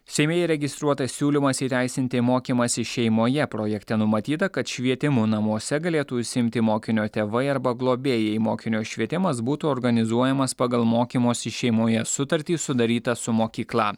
seime įregistruotas siūlymas įteisinti mokymąsi šeimoje projekte numatyta kad švietimu namuose galėtų užsiimti mokinio tėvai arba globėjai mokinio švietimas būtų organizuojamas pagal mokymosi šeimoje sutartį sudarytą su mokykla